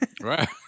Right